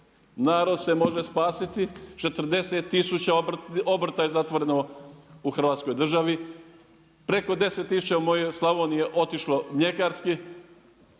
Narod se može spasiti 40000 obrta je zatvoreno u hrvatskoj državi, preko 10000 u moj Slavniji je otišlo mljekarski,